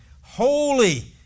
holy